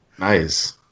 nice